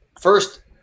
first